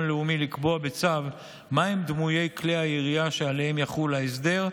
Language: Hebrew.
לאומי לקבוע בצו מהם דמויי כלי הירייה שעליהם יחול ההסדר.